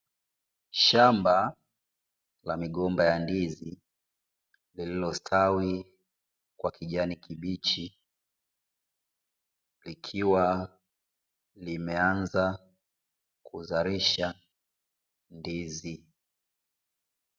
Shamba la migomba ya ndizi lililostawi kwa kijani kibichi likiwa limeanza kuzalisha ndizi.